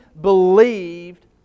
believed